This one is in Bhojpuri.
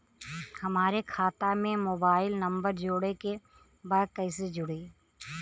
हमारे खाता मे मोबाइल नम्बर जोड़े के बा कैसे जुड़ी?